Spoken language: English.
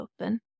open